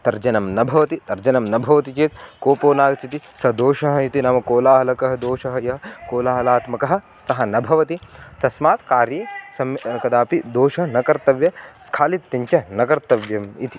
अर्जनं न भवति अर्जनं न भवति चेत् कोपो नागच्छति सः दोषः इति नाम कोलाहलकः दोषः यः कोलाहलात्मकः सः न भवति तस्मात् कार्ये सं कदापि दोषं न कर्तव्यं स्खालित्यं च न कर्तव्यम् इति